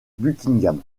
buckingham